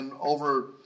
over